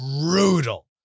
brutal